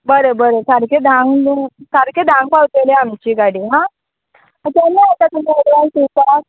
बरें बरें सारकें धांक सारकें धांक पावतलें आमची गाडी हा केन्ना येता तुमकां एडवांस दिवपाक